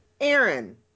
aaron